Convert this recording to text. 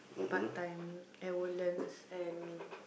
part time at Woodlands and